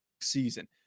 season